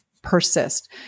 persist